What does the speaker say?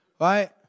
Right